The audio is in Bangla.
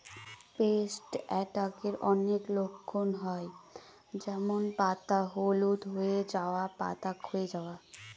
পেস্ট অ্যাটাকের অনেক লক্ষণ হয় যেমন পাতা হলুদ হয়ে যাওয়া, পাতা ক্ষয়ে যাওয়া